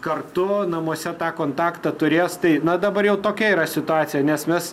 kartu namuose tą kontaktą turės tai na dabar jau tokia yra situacija nes mes